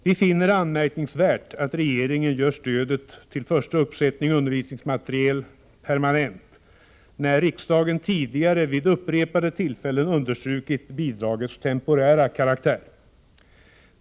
Vi finner det anmärkningsvärt att regeringen gör stödet till första uppsättning undervisningsmateriel permanent, när riksdagen tidigare vid upprepade tillfällen understrukit bidragets temporära karaktär.